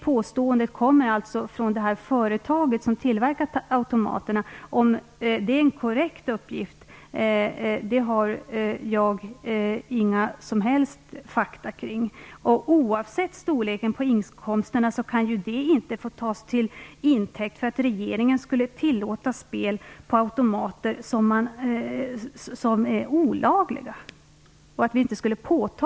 Det påståendet kommer från företaget som tillverkar automaterna. Jag har inga som helst fakta kring om detta är en korrekt uppgift. Storleken på inkomsterna kan inte få tas till intäkt för att regeringen skall tillåta spel på automater som är olagliga.